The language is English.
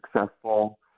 successful